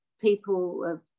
people